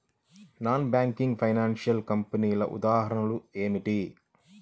Non banking financial కంపెనీల ఉదాహరణలు ఏమిటి?